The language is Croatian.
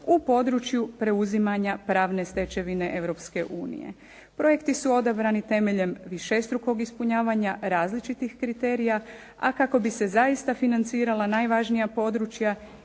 u području preuzimanja pravne stečevine Europske unije. Projekti su odabrani temeljem višestrukog ispunjavanja različitih kriterija a kako bi se zaista financirala najvažnija područja